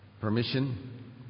permission